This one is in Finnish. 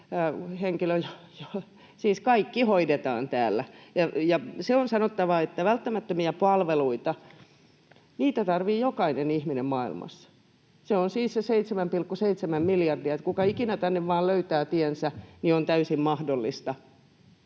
kaikki hoidetaan täällä. Ja on sanottava, että välttämättömiä palveluita tarvitsee jokainen ihminen maailmassa. Se on siis se 7,7 miljardia. Että kuka ikinä tänne vain löytää tiensä, niin on täysin mahdollista